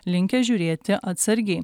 linkę žiūrėti atsargiai